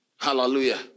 Hallelujah